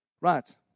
Right